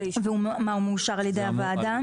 ומה, הוא מאושר על ידי הוועדה?